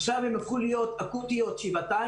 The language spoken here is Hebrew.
עכשיו הן הפכו להיות אקוטיות שבעתיים.